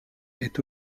est